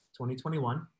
2021